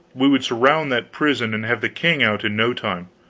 we would surround that prison and have the king out in no time.